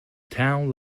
town